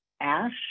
ash